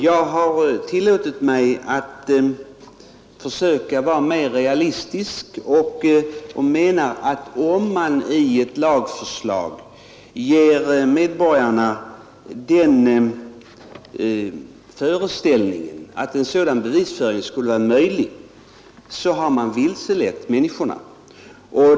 Jag har tillåtit mig att försöka vara mer realistisk och menar att om man i ett lagförslag ger medborgarna den föreställningen att en sådan bevisföring skulle vara möjlig, så har man vilselett människorna.